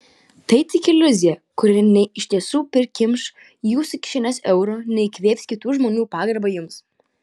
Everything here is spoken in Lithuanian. tai tik iliuzija kuri nei iš tiesų prikimš jūsų kišenes eurų nei įkvėps kitų žmonių pagarbą jums